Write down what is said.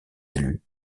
élus